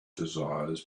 desires